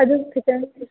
ꯑꯗꯨ ꯈꯤꯇꯪ